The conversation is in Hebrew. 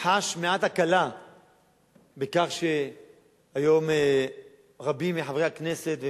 אני באמת חש מעט הקלה בכך שהיום רבים מחברי הכנסת,